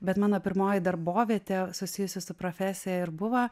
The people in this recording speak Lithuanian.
bet mano pirmoji darbovietė susijusi su profesija ir buvo